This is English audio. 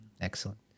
excellent